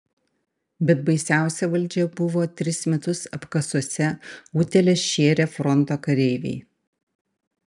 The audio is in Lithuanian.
bet baisiausia valdžia buvo tris metus apkasuose utėles šėrę fronto kareiviai